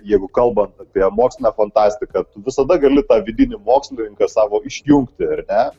jeigu kalbant apie mokslinę fantastiką tu visada gali tą vidinį mokslininką savo išjungti ar ne